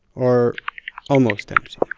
or almost empty.